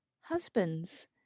husbands